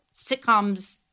sitcoms